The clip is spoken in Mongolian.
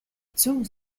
зүйн